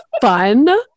fun